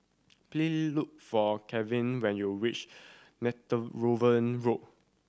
please look for Kevan when you reach Netheravon Road